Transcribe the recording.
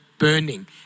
Burning